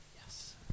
Yes